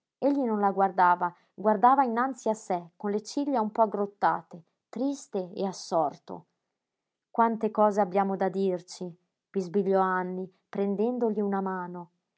egli non la guardava guardava innanzi a sé con le ciglia un po aggrottate triste e assorto quante cose abbiamo da dirci bisbigliò anny prendendogli una mano